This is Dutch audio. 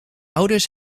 ouders